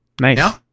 Nice